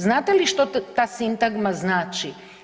Znate li šta ta sintagma znači?